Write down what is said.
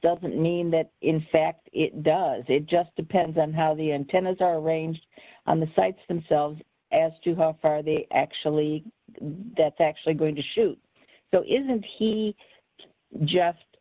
doesn't mean that in fact it does it just depends on how the antennas are arranged on the sites themselves as to how far they actually that's actually going to shoot so isn't he just